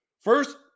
First